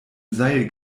seil